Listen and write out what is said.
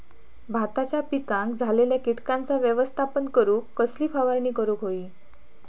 भाताच्या पिकांक झालेल्या किटकांचा व्यवस्थापन करूक कसली फवारणी करूक होई?